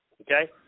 Okay